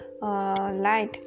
light